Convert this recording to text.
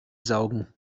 saugen